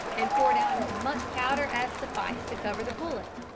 and poured out as much powder as sufficed to cover the bullet.